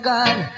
God